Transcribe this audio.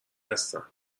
هستم